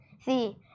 see